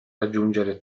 raggiungere